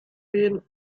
been